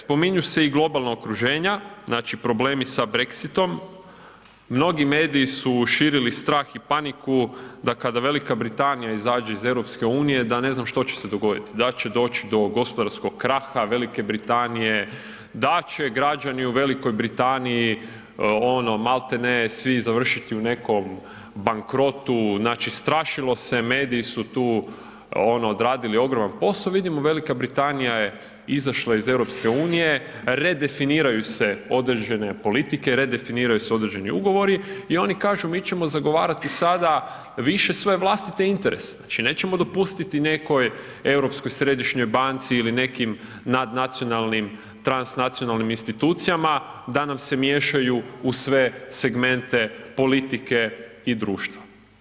Spominju se, spominju se i globala okruženja, znači problemi sa brexitom, mnogi mediji su širili strah i paniku da kada Velika Britanija izađe iz EU da ne znam što će se dogoditi, da će doći do gospodarskog kraha Velike Britanije, da će građani u Velikoj Britaniji ono malte ne svi završiti u nekom bankrotu, znači strašilo se, mediji su tu ono odradili ogroman poso, vidimo Velika Britanija je izašla iz EU, redefiniraju se određene politike, redefiniraju se određeni ugovori i oni kažu mi ćemo zagovarati sada više svoje vlastite interese, znači nećemo dopustiti nekoj Europskoj središnjoj banci ili nekim nadnacionalnim, transnacionalnim institucijama da nam se miješaju u sve segmente politike i društva.